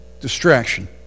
Distraction